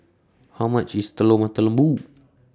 How much IS Telur Mata Lembu